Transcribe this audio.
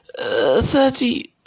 thirty